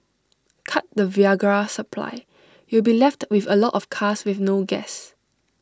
cut the Viagra supply you'll be left with A lot of cars with no gas